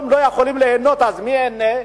אז מי ייהנה?